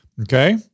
Okay